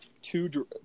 Two